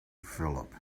phillip